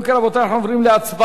אם כן, רבותי, אנחנו עוברים להצבעה.